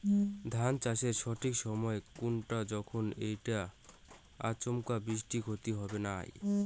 ধান চাষের সঠিক সময় কুনটা যখন এইটা আচমকা বৃষ্টিত ক্ষতি হবে নাই?